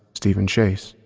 steven chase,